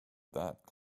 that